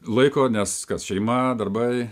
laiko nes kas šeima darbai